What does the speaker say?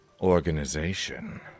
organization